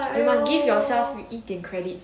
you must give yourself with 一点 credit